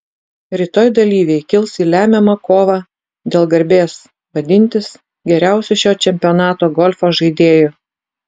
rytoj dalyviai kils į lemiamą kovą dėl garbės vadintis geriausiu šio čempionato golfo žaidėju